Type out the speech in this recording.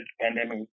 pandemic